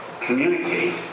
communicate